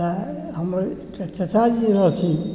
तऽ हमर एकटा चचाजी रहथिन